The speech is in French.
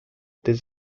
des